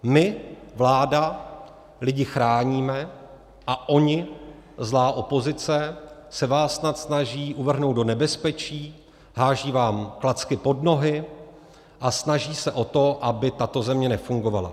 My, vláda, lidi chráníme a oni, zlá opozice, se vás snad snaží uvrhnout do nebezpečí, hází vám klacky pod nohy a snaží se o to, aby tato země nefungovala.